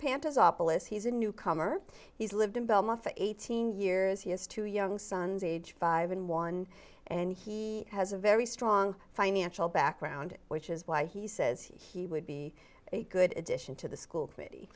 list he's a newcomer he's lived in belmont for eighteen years he has two young sons age five and one and he has a very strong financial background which is why he says he would be a good addition to the school committee